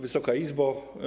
Wysoka Izbo!